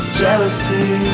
jealousy